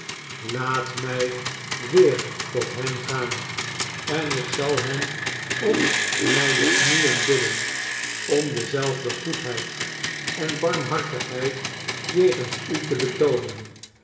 laat mij weer tot hen gaan en ik zal hen op mijne knieën bidden om dezelfde goedheid en barmhartigheid jegens u te betoonen